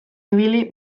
ibili